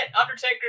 Undertaker